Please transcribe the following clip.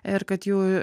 ir kad jų